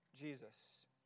Jesus